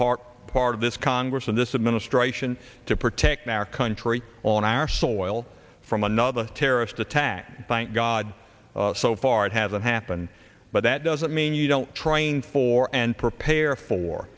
part part of this congress of this ministry action to protect our country on our soil from another terrorist attack thank god so far it hasn't happened but that doesn't mean you don't trying for and prepare for